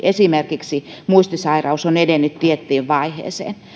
esimerkiksi muistisairaus on edennyt tiettyyn vaiheeseen